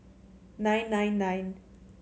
nine nine nine